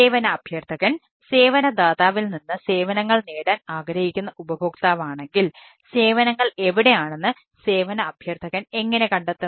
സേവന അഭ്യർത്ഥകൻ സേവന ദാതാവിൽ നിന്ന് സേവനങ്ങൾ നേടാൻ ആഗ്രഹിക്കുന്ന ഉപഭോക്താവാണെങ്കിൽ സേവനങ്ങൾ എവിടെയാണെന്ന് സേവന അഭ്യർത്ഥകൻ എങ്ങനെ കണ്ടെത്തും